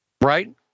right